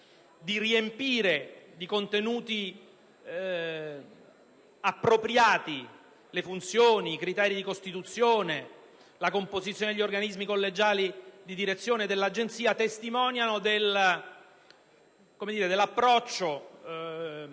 di riempire di contenuti appropriati le funzioni, i criteri di costituzione e la composizione degli organismi collegiali di direzione dell'Agenzia, testimonino l'approccio